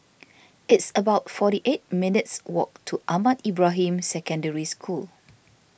it's about forty eight minutes' walk to Ahmad Ibrahim Secondary School